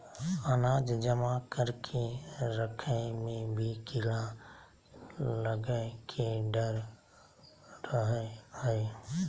अनाज जमा करके रखय मे भी कीड़ा लगय के डर रहय हय